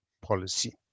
policy